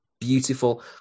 beautiful